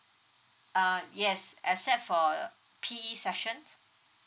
uh yes except for P_E session